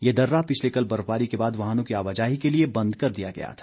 ये दर्रा पिछले कल बर्फबारी के बाद वाहनों की आवाजाही के लिए बंद कर दिया गया था